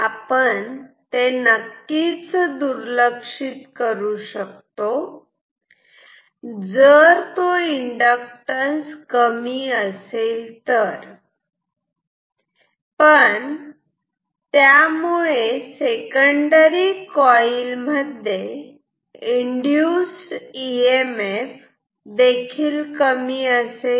आपण ते नक्कीच दुर्लक्षित करू शकतो जर तो इंडक्टॅन्स कमी असेल तर पण त्यामुळे सेकंडरी कॉइल मध्ये इंड्युस इ एम एफ देखील कमी असेल